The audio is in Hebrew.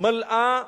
מלאה